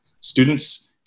students